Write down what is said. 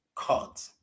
cut